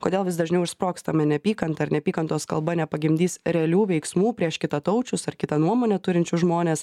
kodėl vis dažniau išsprogstame neapykanta ar neapykantos kalba nepagimdys realių veiksmų prieš kitataučius ar kitą nuomonę turinčius žmones